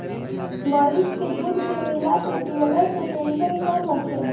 मरीच के दूध में मिला के पियला से टेंसन कम होखेला